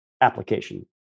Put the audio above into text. application